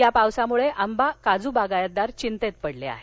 या पावसामुळे आंबा काजू बागायतदार चिंतेत पडले आहेत